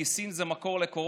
כי סין היא מקור לקורונה,